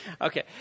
Okay